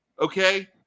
Okay